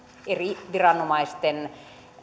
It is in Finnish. eri viranomaisten